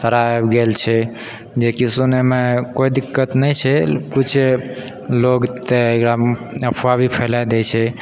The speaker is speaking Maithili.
सारा आबि गेल छै जेकी सुनैमे कोइ दिक्कत नहि छै कुछ लोग तऽ एकरा अफवाह भी फैलाए दै छै